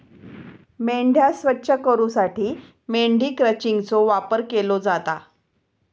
मेंढ्या स्वच्छ करूसाठी मेंढी क्रचिंगचो वापर केलो जाता